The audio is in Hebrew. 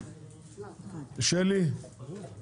הצבעה 2 בעד, השאר נגד.